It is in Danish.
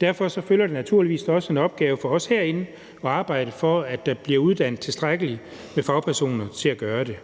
Derfor følger der naturligvis også en opgave med for os herinde med at arbejde for, at der bliver uddannet tilstrækkeligt med fagpersoner til at gøre det.